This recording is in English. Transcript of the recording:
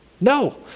No